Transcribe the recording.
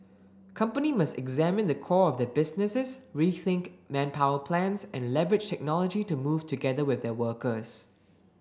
company must examine the core of their businesses rethink manpower plans and leverage technology to move together with their workers